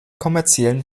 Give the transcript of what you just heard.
kommerziellen